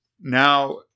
now